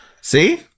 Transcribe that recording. See